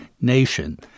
nation